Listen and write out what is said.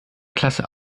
klasse